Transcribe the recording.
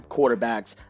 Quarterbacks